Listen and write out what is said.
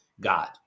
God